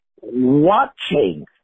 watching